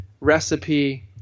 recipe